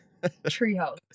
Treehouse